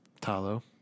Talo